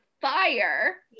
fire